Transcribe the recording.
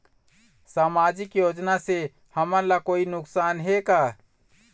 सामाजिक योजना से हमन ला कोई नुकसान हे का?